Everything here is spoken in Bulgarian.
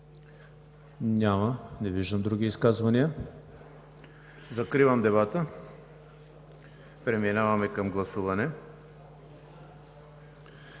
Не виждам други изказвания. Закривам дебата, преминаваме към гласуване.